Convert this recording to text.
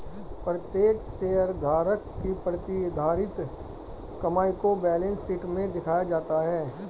प्रत्येक शेयरधारक की प्रतिधारित कमाई को बैलेंस शीट में दिखाया जाता है